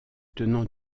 tenant